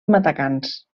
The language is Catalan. matacans